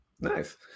nice